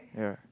yeah